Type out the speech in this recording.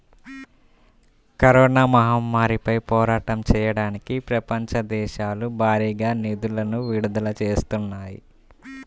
corona మహమ్మారిపై పోరాటం చెయ్యడానికి ప్రపంచ దేశాలు భారీగా నిధులను విడుదల చేత్తన్నాయి